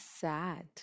sad